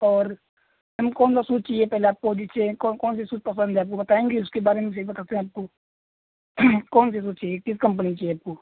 और मैम कौन सा सूज चाहिए पहले आपको ओदी चहिए कौन कौन से सूज पसंद हैं आप वो बताएंगी उसके बारे में फिर बताते हैं आपको कौन से सूज चाहिए किस कम्पनी के चाहिए आपको